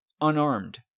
unarmed